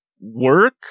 work